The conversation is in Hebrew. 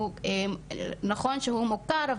נכון שהוא מוכר,